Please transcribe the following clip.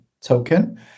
token